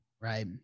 right